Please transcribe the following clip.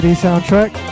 soundtrack